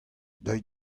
deuit